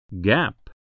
Gap